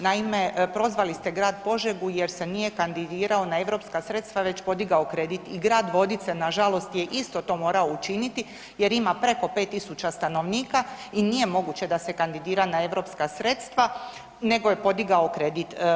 Naime, prozvali ste grad Požegu jer se nije kandidirao na europska sredstva već podigao kredit i grad Vodice je nažalost isto to morao učiniti jer ima preko 5.000 stanovnika i nije moguće da se kandidira na europska sredstva nego je podigao kredit.